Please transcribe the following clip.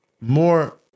more